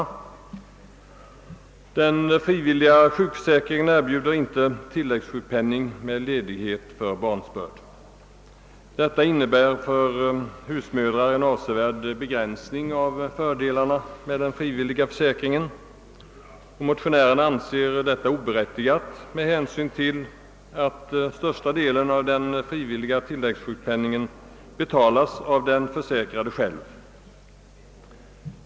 Den frivilliga sjukförsäkringen erbjuder nämligen inte tilläggssjukpenning vid ledighet för barnsbörd. Detta innebär för husmödrarna en avsevärd begränsning av fördelarna med den frivilliga sjukförsäkringen. Motionärerna anser detta oberättigat med hänsyn till att största delen av den frivilliga tilläggssjukpenningen betalas av den försäkrade själv.